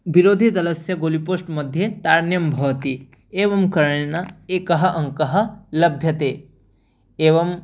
विरोधि दलस्य गोलिपोश्ट्मध्ये तार्ण्यं भवति एवं करणेन एकः अङ्कः लभ्यते एवम्